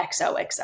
XOXO